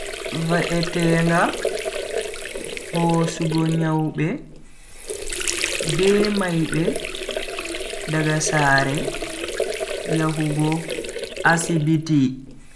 Va'etenga hosugo nyawbe be maide daga sare yahugo asibiti.